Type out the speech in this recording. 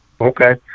Okay